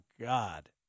God